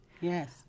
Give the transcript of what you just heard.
Yes